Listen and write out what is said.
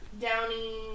downy